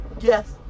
Yes